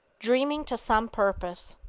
dreaming to some purpose.